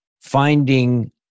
finding